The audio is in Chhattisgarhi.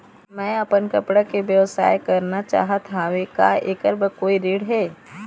मैं अपन कपड़ा के व्यवसाय करना चाहत हावे का ऐकर बर कोई ऋण हे?